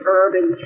urban